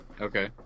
Okay